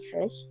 fish